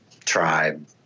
tribe